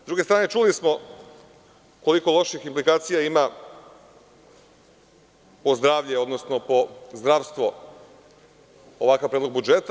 S druge strane, čuli smo koliko loših implikacija ima po zdravlje, odnosno po zdravstvo ovakav predlogbudžeta.